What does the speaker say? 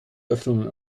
öffnungen